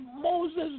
Moses